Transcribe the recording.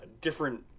different